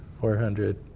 four hundred,